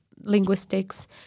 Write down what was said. Linguistics